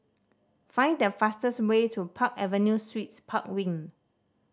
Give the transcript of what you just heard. find the fastest way to Park Avenue Suites Park Wing